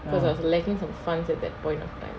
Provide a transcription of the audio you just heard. because I was lacking some funds at that point